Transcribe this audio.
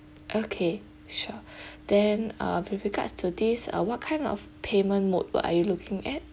okay sure then uh with regards to these uh what kind of payment mode what are you looking at